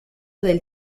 del